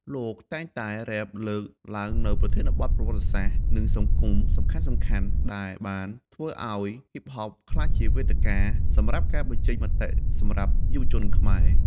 លោកតែងតែរេបលើកឡើងនូវប្រធានបទប្រវត្តិសាស្ត្រ និងសង្គមសំខាន់ៗ ដែលបានធ្វើឱ្យហ៊ីបហបក្លាយជាវេទិកាសម្រាប់ការបញ្ចេញមតិសម្រាប់យុវជនខ្មែរ។